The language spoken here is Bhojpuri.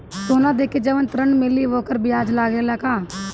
सोना देके जवन ऋण मिली वोकर ब्याज लगेला का?